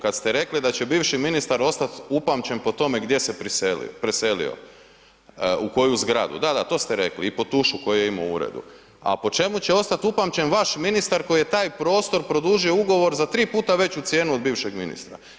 Kad ste rekli da će bivši ministar ostat upamćen po tome gdje se preselio, u koju zgradu, da, da, to ste rekli i po tušu koji je imao u uredu, a po čemu ostat upamćen vaš ministar koji je taj prostor produžio ugovor za tri puta veću cijenu od bivšeg ministra?